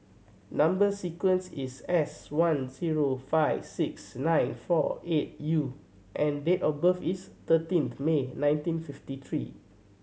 number sequence is S one zero five six nine four eight U and date of birth is thirteenth May nineteenth fifty three